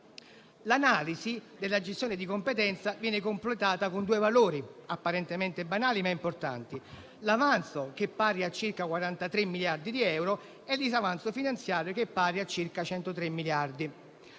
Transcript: L'analisi della gestione di competenza viene completata con due valori apparentemente banali, ma importanti: l'avanzo, che è pari a circa 43 miliardi di euro, e il disavanzo finanziario, pari a circa 103 miliardi.